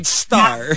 star